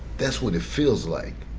that's what it feels like.